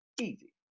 easy